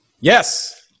Yes